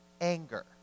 anger